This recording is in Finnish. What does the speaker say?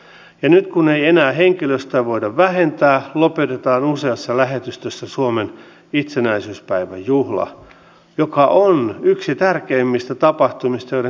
se kohdistuisi pitkälle eläkeläisiin opiskelijoihin ja työttömiin ei niinkään työssäkäyviin johtuen juuri siitä että siihen sisältyisi yleensä kulutusverojen tai tässä tapauksessa alvn nosto